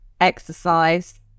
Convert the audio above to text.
exercise